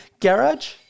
garage